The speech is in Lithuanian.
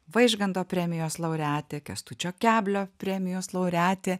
vaižganto premijos laureatė kęstučio keblio premijos laureatė